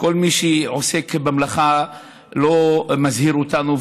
כל מי שעוסק במלאכה לא מזהיר אותנו,